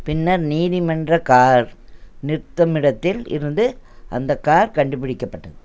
பின்னர் நீதிமன்ற கார் நிறுத்தும் இடத்தில் இருந்து அந்தக் கார் கண்டுபிடிக்கப்பட்டது